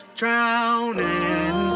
drowning